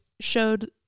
showed